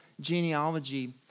genealogy